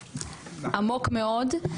עמוק מאוד.